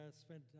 spent